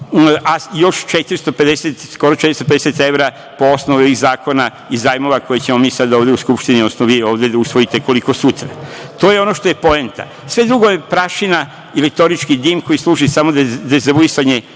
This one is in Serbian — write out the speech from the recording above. skoro 450 evra po osnovi ovih zakona iz zajmova koje ćemo mi sada ovde u Skupštini, odnosno vi ovde da usvojite koliko sutra. To je ono što je poenta. Sve drugo je prašina i retorički dim koji služi samo za dezavuisanje